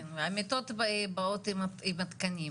המיטות באות עם התקנים,